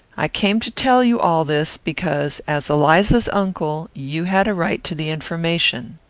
i came to tell you all this, because, as eliza's uncle, you had a right to the information.